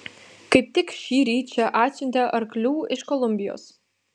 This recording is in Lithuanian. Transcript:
kaip tik šįryt čia atsiuntė arklių iš kolumbijos